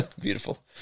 Beautiful